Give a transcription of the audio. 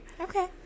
Okay